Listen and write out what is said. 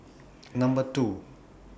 Number two